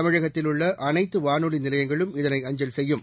தமிழகத்தில் உள்ள அனைத்து வானொலி நிலையங்களும் இதனை அஞ்சல் செய்யும்